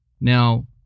Now